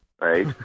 right